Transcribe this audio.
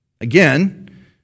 again